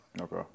Okay